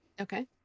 Okay